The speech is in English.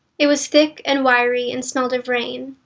it was thick and wiry and smelled of rain.